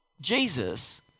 Jesus